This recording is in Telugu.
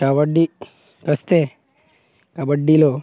కబడ్డీకి వస్తే కబడ్డీలో